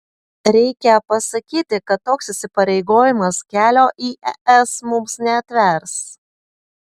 reikia pasakyti kad toks įsipareigojimas kelio į es mums neatvers